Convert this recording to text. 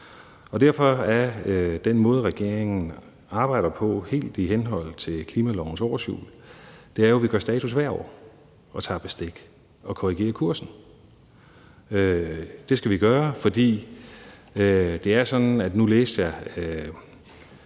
Derfor er den måde, regeringen arbejder på, helt i henhold til klimalovens årshjul. Det er, at vi gør status hvert år og tager bestik og korrigerer kursen. Det skal vi gøre. Sidste år, tror jeg